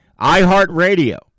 iHeartRadio